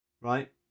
right